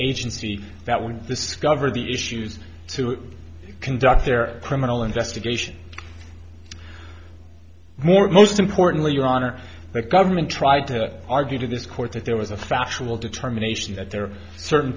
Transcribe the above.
agency that when the skiver the issues to conduct their criminal investigation more most importantly your honor the government tried to argue to this court that there was a factual determination that there are certain